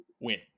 win